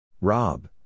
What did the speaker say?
Rob